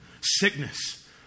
Sickness